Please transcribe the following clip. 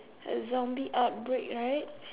a zombie outbreak right